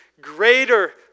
greater